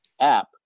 app